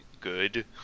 good